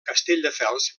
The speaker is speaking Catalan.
castelldefels